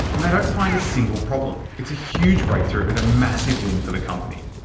and they don't find a single problem. it's a huge breakthrough and a massive win for the company.